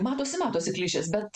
matosi matosi klišės bet